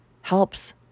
helps